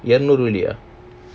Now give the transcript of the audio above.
இருநூறு ரூபாய்லயா:irunooru rubailayaa